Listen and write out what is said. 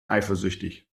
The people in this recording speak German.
eifersüchtig